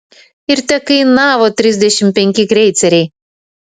ir tekainavo trisdešimt penki kreiceriai